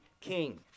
king